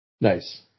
Nice